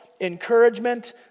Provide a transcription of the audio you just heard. encouragement